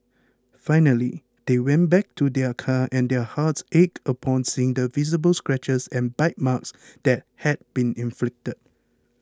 finally they went back to their car and their hearts ached upon seeing the visible scratches and bite marks that had been inflicted